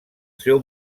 seu